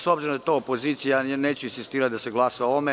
S obzirom da je to opozicija neću insistirati da se glasa oovome.